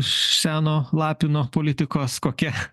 seno lapino politikos kokia